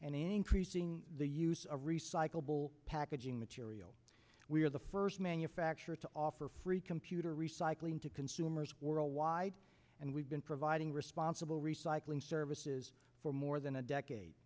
and increasing the use of recyclable packaging mature we are the first manufacturer to offer free computer recycling to consumers worldwide and we've been providing responsible recycling services for more than a decade